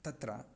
तत्र